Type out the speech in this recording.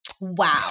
Wow